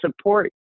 support